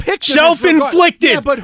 Self-inflicted